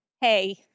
hey